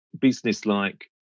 business-like